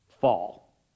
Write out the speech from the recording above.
fall